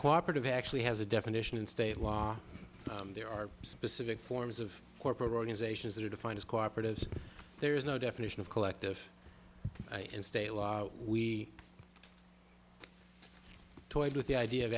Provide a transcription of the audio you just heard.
cooperate of actually has a definition and state law there are specific forms of corporate organizations that are defined as cooperatives there is no definition of collective in state law we toyed with the idea of